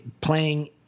playing